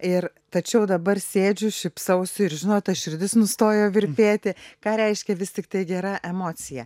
ir tačiau dabar sėdžiu šypsausi ir žinot ta širdis nustojo virpėti ką reiškia vis tiktai gera emocija